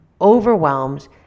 overwhelmed